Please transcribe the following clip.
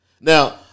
Now